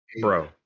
bro